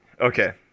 Okay